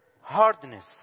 hardness